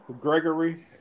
Gregory